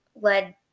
led